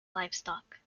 livestock